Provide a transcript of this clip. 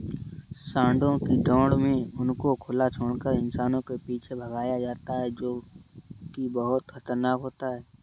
सांडों की दौड़ में उनको खुला छोड़कर इंसानों के पीछे भगाया जाता है जो की बहुत खतरनाक होता है